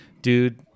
Dude